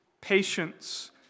patience